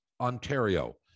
Ontario